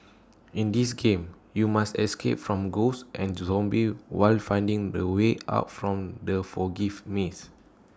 in this game you must escape from ghosts and zombies while finding the way out from the foggy maze